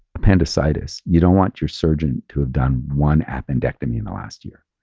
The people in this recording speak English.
appendicitis, you don't want your surgeon to have done one appendectomy in the last year.